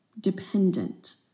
dependent